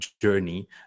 journey